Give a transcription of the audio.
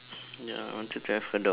ya I wanted to have a dog